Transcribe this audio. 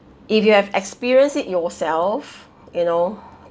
if you have experienced it yourself you know